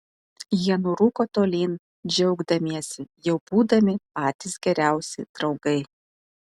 jie nurūko tolyn džiaugdamiesi jau būdami patys geriausi draugai